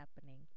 happening